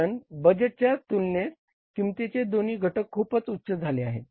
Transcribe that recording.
कारण बजेट स्तराच्या तुलनेत किंमतीचे दोन्ही घटक खूप उच्च झाले आहेत